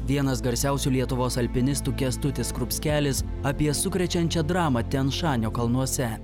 vienas garsiausių lietuvos alpinistų kęstutis krupskelis apie sukrečiančią dramą tijan šanio kalnuose